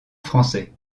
français